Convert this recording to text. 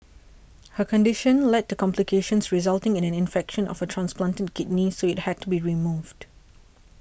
her condition led to complications resulting in an infection of her transplanted kidney so it had to be removed